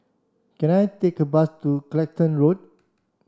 can I take a bus to Clacton Road